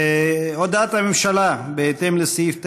הודעת הממשלה, בהתאם לסעיף 9(א)(6)